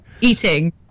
eating